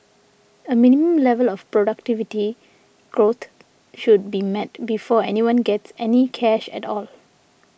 a minimum level of productivity growth should be met before anyone gets any cash at all